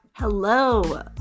Hello